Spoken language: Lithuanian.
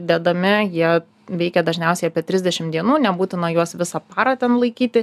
dedami jie veikia dažniausiai apie trisdešimt dienų nebūtina juos visą parą ten laikyti